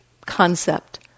concept